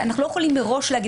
אנחנו לא יכולים מראש לומר.